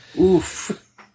Oof